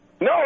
No